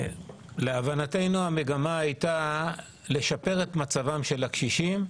להבנתנו, המגמה הייתה לשפר את מצבם של הקשישים,